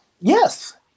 Yes